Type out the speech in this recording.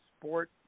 sport